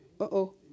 Uh-oh